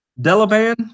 Delavan